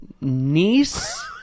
niece